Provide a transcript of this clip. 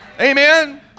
Amen